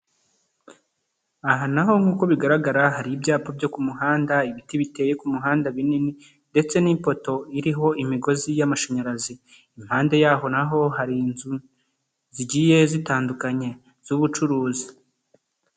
Aha naho nk'uko bigaragara hari ibyapa byo ku muhanda, ibiti biteye ku muhanda binini ndetse n'ipoto iriho imigozi y'amashanyarazi. Impande yaho naho hari inzu zigiye zitandukanye z'ubucuruzi.